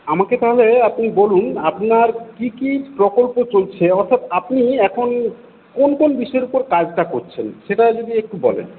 আমাকে তাহলে আপনি বলুন আপনার কি কি প্রকল্প চলছে অর্থাৎ আপনি এখন কোন কোন বিষয়ের উপর কাজটা করছেন সেটা যদি একটু বলেন